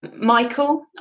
Michael